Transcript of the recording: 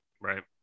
right